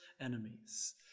enemies